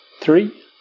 Three